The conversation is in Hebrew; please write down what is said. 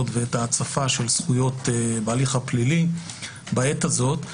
ואת ההצפה של זכויות בהליך הפלילי בעת הזאת.